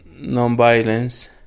nonviolence